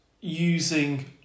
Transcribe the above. using